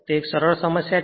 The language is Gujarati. તે એક સરળ સમસ્યા છે